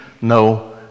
No